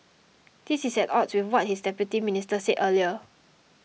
this is at odds with what his own Deputy Minister said earlier